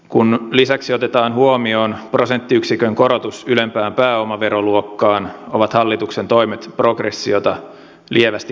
kun lisäksi otetaan huomioon prosenttiyksikön korotus ylempään pääomaveroluokkaan ovat hallituksen toimet progressiota lievästi kiristäviä